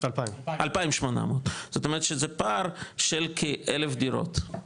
זאת אומרת שזה פער של כאלף דירות,